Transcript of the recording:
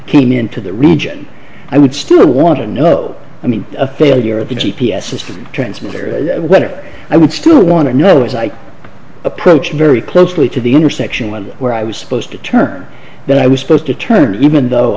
came into the region i would still want to know i mean a failure of the g p s system transmitter whether i would still want to know as i approach very closely to the intersection one where i was supposed to turn that i was supposed to turn even though